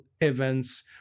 events